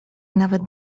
nawet